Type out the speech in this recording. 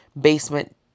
basement